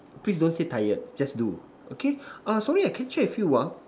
please don't say tired just do okay ah sorry I can check with you ah